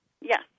Yes